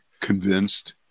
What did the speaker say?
convinced